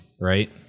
right